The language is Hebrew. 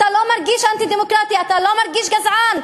אתה לא מרגיש אנטי-דמוקרטי, אתה לא מרגיש גזען.